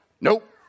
nope